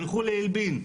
תלכו לעיבלין,